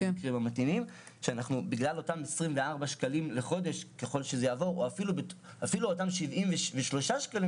שבגלל 24 שקלים בחודש או אפילו 73 שקלים